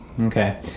okay